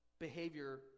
behavior